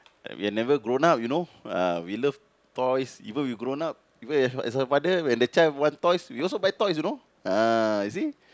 and we have never grown up you know uh we love toys even we grown up even as a as a father when the child want toys we also buy toys you know ah you see